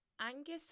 Angus